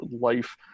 life